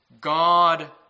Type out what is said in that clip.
God